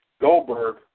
Goldberg